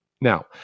Now